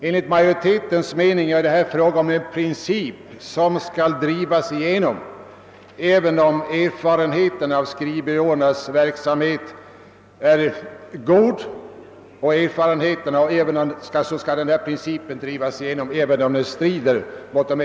Enligt majoritetens mening är det här fråga om en princip som skall drivas igenom, även om erfarenheterna av skrivbyråernas verksamhet är aldrig så goda.